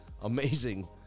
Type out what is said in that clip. amazing